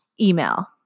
email